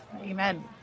Amen